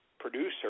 producer